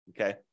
okay